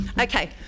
okay